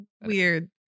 weird